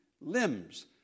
limbs